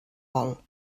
vol